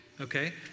okay